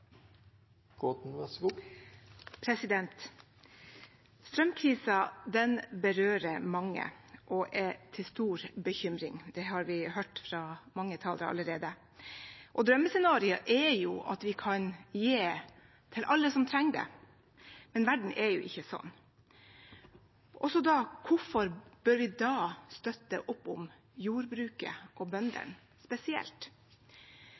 mange talere allerede. Drømmescenarioet er jo at vi kan gi til alle som trenger det, men verden er ikke slik. Hvorfor bør vi da støtte opp om jordbruket og bøndene spesielt?